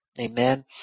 Amen